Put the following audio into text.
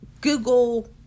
Google